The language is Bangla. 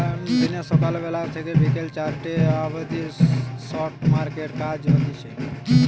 দিনে সকাল বেলা থেকে বিকেল চারটে অবদি স্টক মার্কেটে কাজ হতিছে